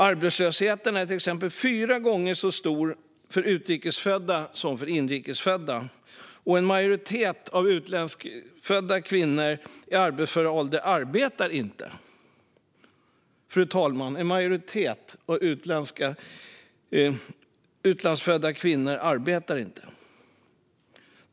Arbetslösheten är till exempel fyra gånger så hög för utrikes födda som för inrikes födda, och en majoritet av utlandsfödda kvinnor i arbetsför ålder arbetar inte. Fru talman, jag säger det igen: En majoritet av utlandsfödda kvinnor arbetar inte.